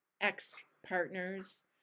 ex-partners